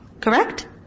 Correct